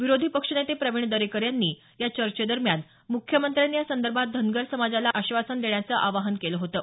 विरोधी पक्षनेते प्रवीण दरेकर यांनी या चर्चेदरम्यान मुख्यमंत्र्यांनी या संदर्भात धनगर समाजाला आश्वासन देण्याचं आवाहन केलं होतं